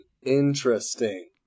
Interesting